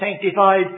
sanctified